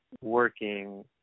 working